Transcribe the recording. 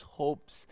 hopes